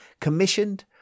commissioned